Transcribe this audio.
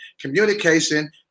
communication